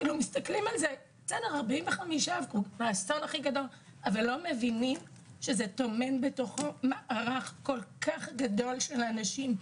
מסתכלים רק על ההרוגים אבל לא מבינים שזה נוגע לכל כך הרבה אנשים.